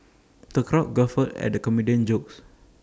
the crowd guffawed at the comedian's jokes